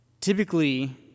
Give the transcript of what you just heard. typically